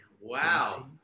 Wow